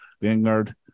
Vanguard